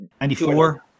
94